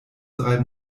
drei